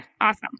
Awesome